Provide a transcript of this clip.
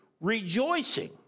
rejoicing